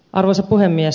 arvoisa puhemies